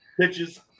pitches